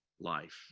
life